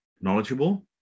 knowledgeable